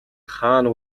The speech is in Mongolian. хаана